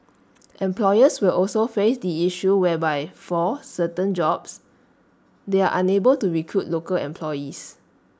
employers will also face the issue whereby for certain jobs they are unable to recruit local employees